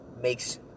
makes